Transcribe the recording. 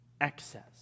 Excess